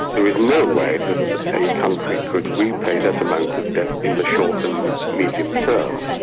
there is no way that a country could repay that amount of debt in the short and medium term.